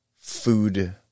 food